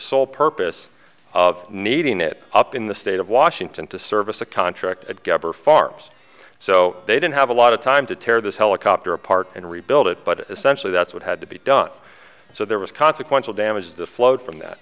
sole purpose of needing it up in the state of washington to service a contract at gabber farms so they didn't have a lot of time to tear this helicopter apart and rebuild it but essentially that's what had to be done so there was consequential damage the flowed from that